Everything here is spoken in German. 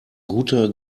guter